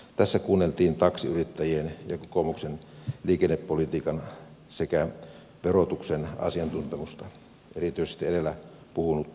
tässä kuunneltiin taksiyrittäjien kokoomuksen liikennepolitiikan sekä verotuksen asiantuntemusta erityisesti edellä puhunutta sampsa katajaa